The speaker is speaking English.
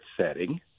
setting